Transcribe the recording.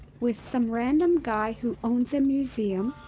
with some random guy who owns a museum,